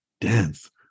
dance